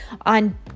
on